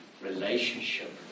relationship